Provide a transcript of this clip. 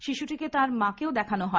শিশুটিকে তাঁর মাকেও দেখানো হয়